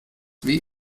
wie